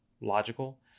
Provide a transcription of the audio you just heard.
logical